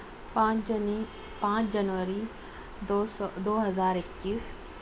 پانچ جنوی پانچ جنوری دو سو دو ہزار اکیس